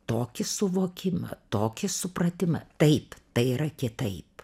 tokį suvokimą tokį supratimą taip tai yra kitaip